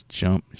jump